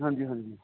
ਹਾਂਜੀ ਹਾਂਜੀ